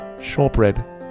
shortbread